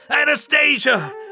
Anastasia